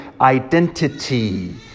identity